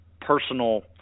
personal